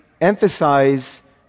emphasize